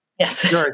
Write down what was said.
Yes